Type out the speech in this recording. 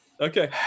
Okay